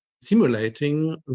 simulating